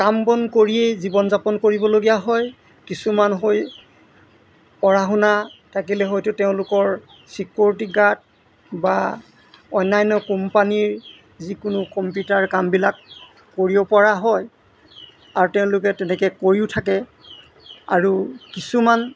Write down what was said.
কাম বন কৰিয়েই জীৱন যাপন কৰিবলগীয়া হয় কিছুমান হৈ পঢ়া শুনা থাকিলে হয়টো তেওঁলোকৰ চিকিয়ৰিটি গাৰ্ড বা অন্যান্য কোম্পানীৰ যিকোনো কম্পিউটাৰ কামবিলাক কৰিব পৰা হয় আৰু তেওঁলোকে তেনেকৈ কৰিও থাকে আৰু কিছুমান